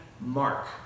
mark